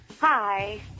Hi